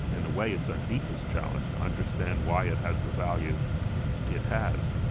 in a way it's our deepest challenge, to understand why it has the value it has.